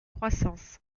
croissance